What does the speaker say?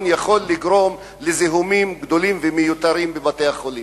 יכול לגרום לזיהומים גדולים ומיותרים בבתי-החולים.